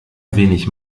wenig